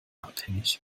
abhängig